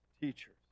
teachers